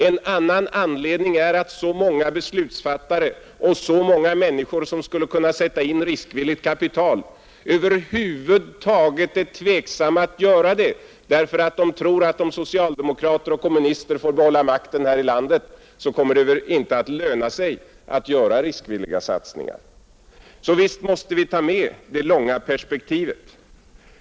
En annan anledning är att så många beslutsfattare och så många människor som skulle kunna sätta in riskvilligt kapital över huvud taget är tveksamma att göra det därför att de tror att om socialdemokrater och kommunister får behålla makten här i landet så kommer det inte att löna sig att göra riskvilliga satsningar. Så visst måste vi ta med det långsiktiga perspektivet.